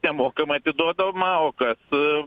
nemokamai atiduodama o kas